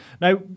Now